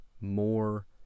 more